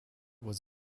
was